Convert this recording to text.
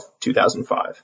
2005